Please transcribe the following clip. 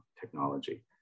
technology